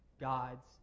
God's